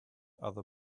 other